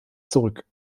zurück